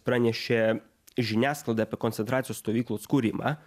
pranešė žiniasklaidai apie koncentracijos stovyklos kūrimą